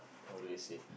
how do I say